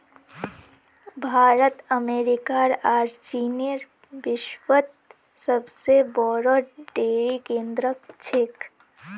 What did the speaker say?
भारत अमेरिकार आर चीनेर विश्वत सबसे बोरो डेरी केंद्र छेक